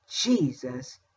Jesus